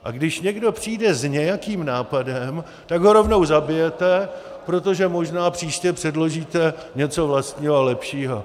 A když někdo přijde s nějakým nápadem, tak ho rovnou zabijete, protože možná příště předložíte něco vlastního a lepšího.